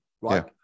right